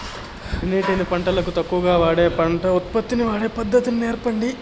నీటిని పంటలకు తక్కువగా వాడే పంట ఉత్పత్తికి వాడే పద్ధతిని సెప్పండి?